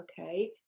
okay